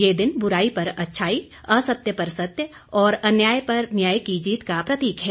यह दिन बुराई पर अच्छाई असत्य पर सत्य और अन्याय पर न्याय की जीत का प्रतीक है